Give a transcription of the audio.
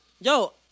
yo